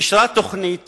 אישרה תוכנית